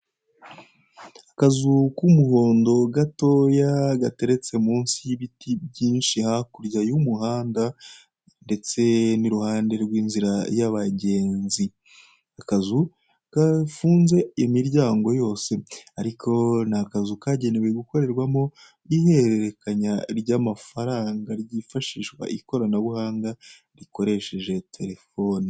Akazu k'umuhondo gatoya gateretse munsi y'ibiti byinshi hakurya y'umuhondo ndetse n'iruhange rw'inzira y'abagenzi akazu gafunze imiryango yose ariko ni akazu kagenewe gukorerwamo ihererekanya ry'amafaranga ryifashishwa ikoranabuhanga rikoresheje terefone.